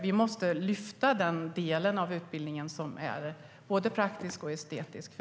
Vi måste lyfta fram den delen av utbildningen som är både praktisk och estetisk.